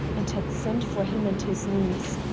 and had sent for him and his niece.